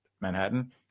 Manhattan